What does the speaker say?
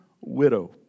widow